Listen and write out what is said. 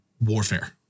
warfare